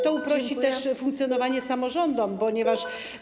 To uprości też funkcjonowanie samorządom, ponieważ.